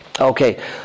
Okay